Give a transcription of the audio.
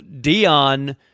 Dion